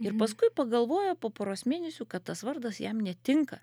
ir paskui pagalvojo po poros mėnesių kad tas vardas jam netinka